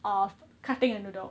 of cutting a noodle